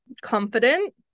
confident